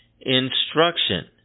instruction